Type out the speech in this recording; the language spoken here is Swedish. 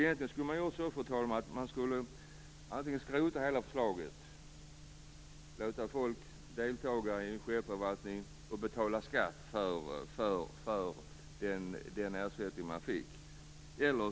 Egentligen skulle man skrota hela förslaget och låta folk delta i en självförvaltning och betala skatt för den ersättning man får.